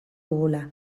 dugula